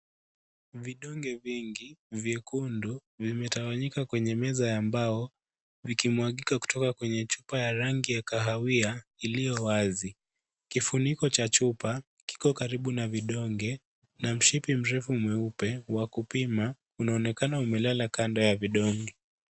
Vidonge vingi vyekundu vimetawanyika kwenye meza ya mbao, vikimwagika kutoka kwenye chupa ya rangi ya kahawia iliyo wazi. Kifuniko cha chupa kiko karibu na vidonge na mshipi mrefu mweupe wa kupima, unaonekana umelala kando ya vidonge.